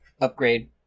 upgrade